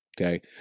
Okay